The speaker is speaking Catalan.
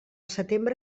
setembre